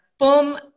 boom